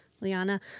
Liana